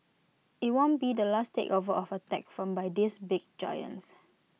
IT won't be the last takeover of A tech firm by these big giants